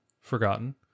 forgotten